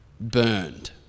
burned